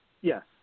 Yes